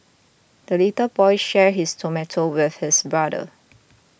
the little boy shared his tomato with his brother